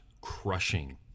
crushing